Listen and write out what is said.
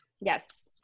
Yes